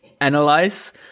analyze